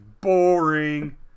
boring